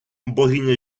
богиня